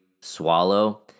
swallow